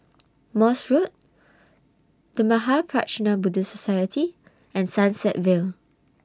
Morse Road The Mahaprajna Buddhist Society and Sunset Vale